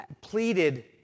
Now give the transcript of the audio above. pleaded